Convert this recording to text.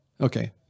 Okay